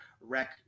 wreck